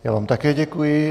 Já vám také děkuji.